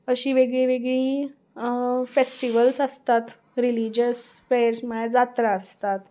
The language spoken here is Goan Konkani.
अशीं वेगळी वेगळी फेस्टिवल्स आसतात रिलीजियस फेर्स म्हळ्यार जात्रा आसतात